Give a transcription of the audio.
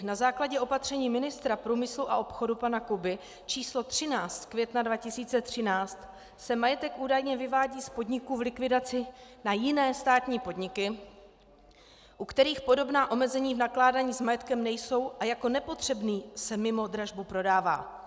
Na základě opatření ministra průmyslu a obchodu pana Kuby č. 13 z května 2013 se majetek údajně vyvádí z podniků v likvidaci na jiné státní podniky, u kterých podobná omezení v nakládání s majetkem nejsou, a jako nepotřebný se mimo dražbu prodává.